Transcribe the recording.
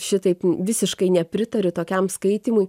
šitaip visiškai nepritariu tokiam skaitymu